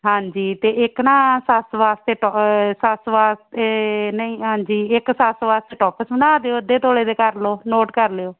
ਹਾਂਜੀ ਅਤੇ ਇੱਕ ਨਾ ਸੱਸ ਵਾਸਤੇ ਟੋ ਸੱਸ ਵਾਸਤੇ ਨਹੀਂ ਹਾਂਜੀ ਇੱਕ ਸੱਸ ਵਾਸਤੇ ਟੋਪਸ ਬਣਾ ਦਿਓ ਅੱਧੇ ਤੋਲੇ ਦੇ ਕਰ ਲਿਉ ਨੋਟ ਕਰ ਲਿਓ